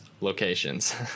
locations